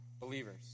believers